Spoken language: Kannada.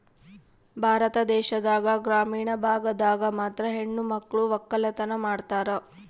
ಭಾರತ ದೇಶದಾಗ ಗ್ರಾಮೀಣ ಭಾಗದಾಗ ಮಾತ್ರ ಹೆಣಮಕ್ಳು ವಕ್ಕಲತನ ಮಾಡ್ತಾರ